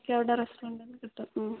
നോക്കിയ അവിടെ റെസ്റ്റോറൻറ്റിന്ന് കിട്ടും